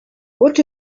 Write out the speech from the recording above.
what